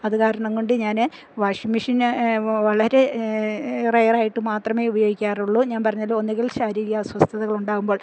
അതുകാരണംകൊണ്ട് ഞാന് washing machine വളരെ റെയറായിട്ടു മാത്രമേ ഉപയോയിക്കാറുള്ളൂ ഞാൻ പറഞ്ഞല്ലോ ഒന്നുകിൽ ശാരീരിക അസ്വസ്ഥതകൾ ഉണ്ടാകുമ്പോൾ